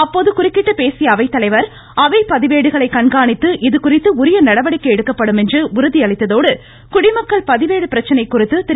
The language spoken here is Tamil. அப்போது குறுக்கிட்டு பேசிய அவைத்தலைவர் அவை பதிவேடுகளை கண்காணித்து இதுகுறித்து உரிய நடவடிக்கை எடுக்கப்படும் என்று உறுதி அளித்ததோடு குடிமக்கள் பதிவேடு பிரச்சினை குறித்து திரு